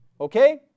Okay